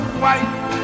white